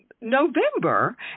November